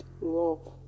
love